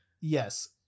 Yes